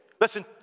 listen